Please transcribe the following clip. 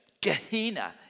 Gehenna